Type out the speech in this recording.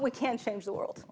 we can change the world